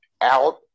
out